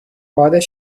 باد